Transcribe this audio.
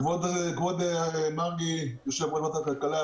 כבוד יושב-ראש ועדת הכלכלה מרגי,